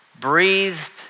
breathed